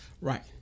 Right